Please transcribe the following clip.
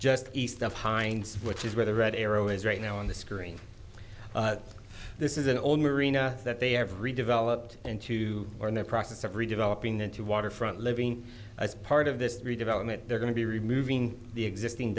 just east of hinds which is where the red arrow is right now on the screen this is an old marina that they every developed into or the process every developing into waterfront living ice part of this redevelopment they're going to be removing the existing